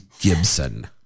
Gibson